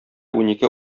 унике